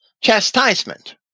chastisement